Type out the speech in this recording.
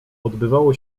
odbywało